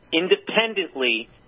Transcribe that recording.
independently